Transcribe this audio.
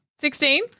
Sixteen